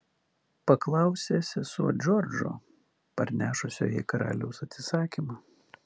paklausė sesuo džordžo parnešusio jai karaliaus atsisakymą